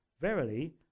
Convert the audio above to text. Verily